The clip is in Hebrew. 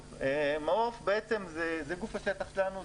מעוף זה גוף השטח שלנו,